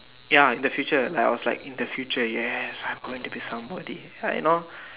ya in the future like I was like in the future yes I'm going to be somebody like you know